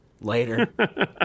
later